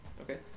Okay